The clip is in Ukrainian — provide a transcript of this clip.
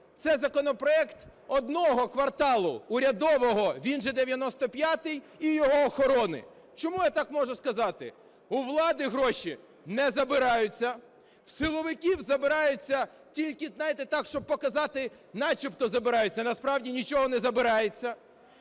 це законопроект одного кварталу, урядового, він же "95-й", і його охорони. Чому я там можу сказати? У влади гроші не забираються, у силовиків забираються тільки, знаєте, так, щоб показати начебто забираються, а насправді нічого не забирається,